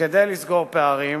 כדי לסגור פערים